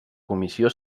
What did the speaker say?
comissió